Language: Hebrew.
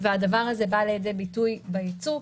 וזה בא לידי ביטוי בייצוא,